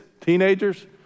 teenagers